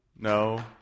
No